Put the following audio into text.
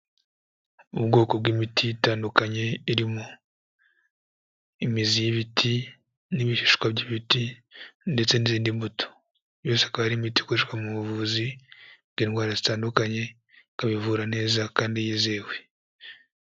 Ubwoko bw'imiti itandukanye irimo imizi y'ibiti n'ibishishwa by'ibiti ndetse n'izindi mbuto. Yose akaba imiti ikoreshwa mu buvuzi bw'indwara zitandukanye ikaba ivura neza kandi yizewe.